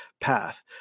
path